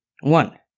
One